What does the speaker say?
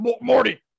Morty